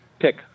pick